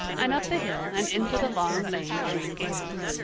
and up the hill and into the long lane of green gables.